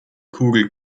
kugel